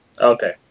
Okay